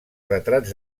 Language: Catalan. retrats